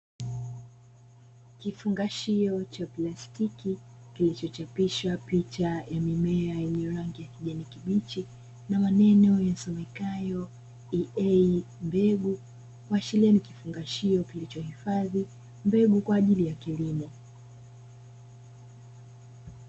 Kifungashio cha plastiki kilichochapishwa picha ya mimea yenye rangi ya kijani kibichi na maneo yasomekayo “EA Mbegu” kuashiria ni kifungashio kilichohifadhi mbegu kwa ajili ya kilimo.